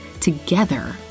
Together